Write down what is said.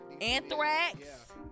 anthrax